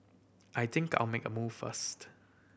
I think I'll make a move first